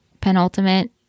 penultimate